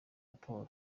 raporo